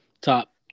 top